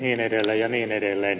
ja niin edelleen